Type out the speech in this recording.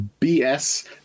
BS